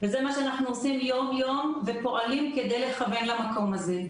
וזה מה שאנחנו עושים יום-יום ופועלים כדי לכוון למקום הזה.